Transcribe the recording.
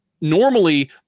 Normally